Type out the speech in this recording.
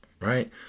right